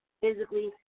physically